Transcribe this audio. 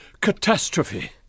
Catastrophe